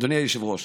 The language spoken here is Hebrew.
אדוני היושב-ראש,